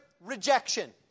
rejection